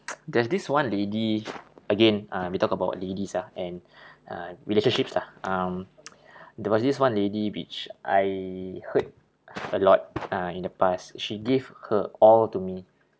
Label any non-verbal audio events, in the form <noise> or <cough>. <noise> there's this one lady again uh we talk about ladies ah and <breath> uh relationships lah um <noise> <breath> there was this one lady which I hurt a lot uh in the past she gave her all to me